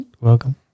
Welcome